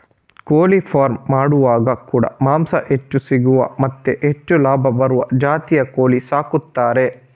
ಕೋಳಿ ಫಾರ್ಮ್ ಮಾಡುವಾಗ ಕೂಡಾ ಮಾಂಸ ಹೆಚ್ಚು ಸಿಗುವ ಮತ್ತೆ ಹೆಚ್ಚು ಲಾಭ ಬರುವ ಜಾತಿಯ ಕೋಳಿ ಸಾಕ್ತಾರೆ